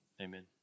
Amen